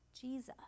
Jesus